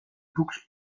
boucles